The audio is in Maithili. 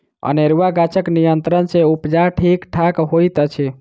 अनेरूआ गाछक नियंत्रण सँ उपजा ठीक ठाक होइत अछि